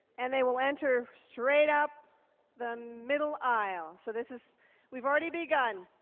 and they will enter straight up the middle aisle. so this is we've already begun.